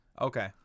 Okay